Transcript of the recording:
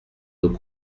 nos